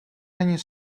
není